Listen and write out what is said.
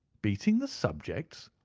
beating the subjects!